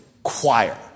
choir